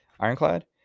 Ironclad